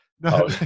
No